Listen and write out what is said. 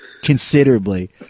considerably